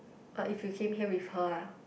but if you came here with her ah